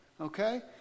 okay